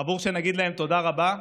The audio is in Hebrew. עבור שנגיד להם תודה רבה?